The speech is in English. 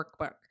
workbook